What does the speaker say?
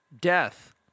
Death